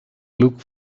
look